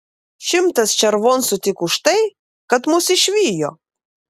šimtas červoncų tik už tai kad mus išvijo